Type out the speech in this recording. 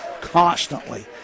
constantly